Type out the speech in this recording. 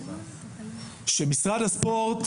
שמשרד הספורט,